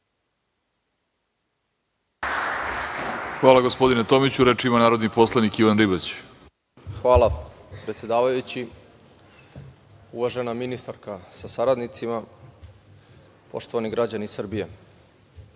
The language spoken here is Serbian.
Hvala gospodine Tomiću. Reč ima narodni poslanik Ivan Ribać. **Ivan Ribać** Hvala, predsedavajući. Uvažena ministarka sa saradnicima, poštovani građani Srbije,